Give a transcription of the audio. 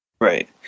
Right